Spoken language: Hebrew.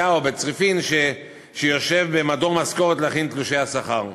או בצריפין שיושב במדור משכורת להכין תשלומי שכר.